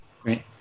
Great